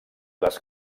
les